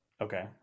Okay